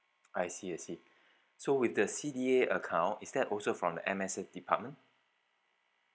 I see I see so with the C_D_A account is that also from a M_S_F department